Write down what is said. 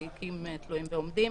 תיקים תלויים ועומדים